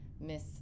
Miss